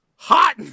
Hot